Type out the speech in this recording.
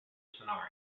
scenarios